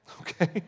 Okay